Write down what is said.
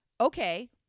okay